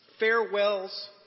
farewells